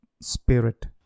Spirit